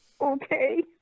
Okay